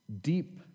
deep